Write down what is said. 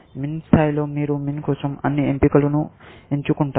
MIN స్థాయిలో మీరు MAX కోసం అన్ని ఎంపికలను ఎంచుకుంటారు